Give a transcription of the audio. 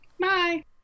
bye